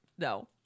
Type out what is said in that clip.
No